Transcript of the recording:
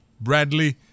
Bradley